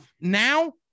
now